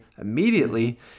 immediately